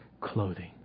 clothing